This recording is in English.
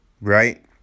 Right